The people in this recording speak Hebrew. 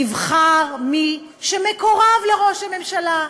נבחר מי שמקורב לראש הממשלה.